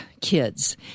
kids